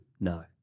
No